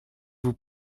vous